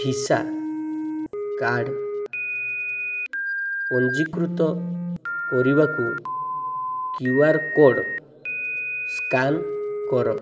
visa card ପଞ୍ଜୀକୃତ କରିବାକୁ QR code scan କର